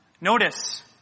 Notice